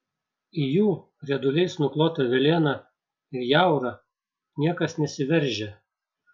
į jų rieduliais nuklotą velėną ir jaurą niekas nesiveržia